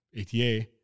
ATA